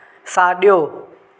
साॼो